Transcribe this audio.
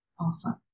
Awesome